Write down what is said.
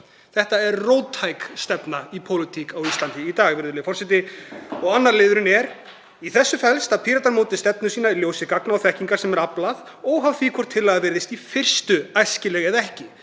Þetta er róttæk stefna í pólitík á Íslandi í dag, virðulegi forseti. Í lið 1.2 stendur: „Í þessu felst að Píratar móti stefnu sína í ljósi gagna og þekkingar sem er aflað óháð því hvort tillaga virðist í fyrstu æskileg eða ekki.“